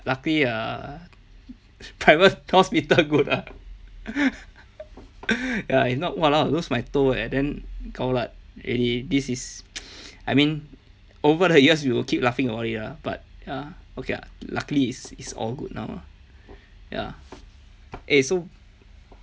luckily uh private hospital good ah ya if not !walao! lose my toe leh then gao lat already this is I mean over the years we will keep laughing about it lah but ya okay lah luckily is is all good now ya eh so